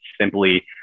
simply